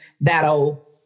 that'll